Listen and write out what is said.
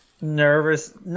nervous